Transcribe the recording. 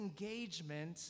engagement